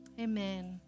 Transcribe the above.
Amen